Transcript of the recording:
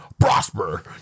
prosper